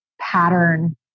pattern